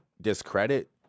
discredit